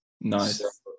Nice